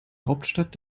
hauptstadt